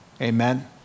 Amen